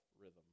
rhythm